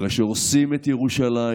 אחרי שהורסים את ירושלים.